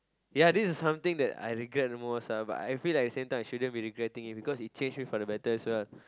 ya this is something that I regret the most ah but I feel that at the same time I shouldn't be regretting because it changed me for the better as well